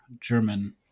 German